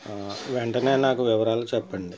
వెంటనే నాకు వివరాలు చెప్పండి